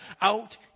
out